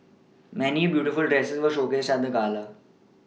many beautiful dresses were showcased at the gala